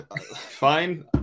Fine